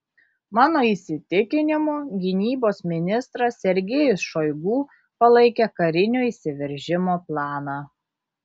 mano įsitikinimu gynybos ministras sergejus šoigu palaikė karinio įsiveržimo planą